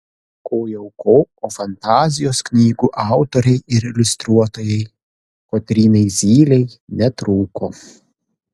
ko jau ko o fantazijos knygų autorei ir iliustruotojai kotrynai zylei netrūko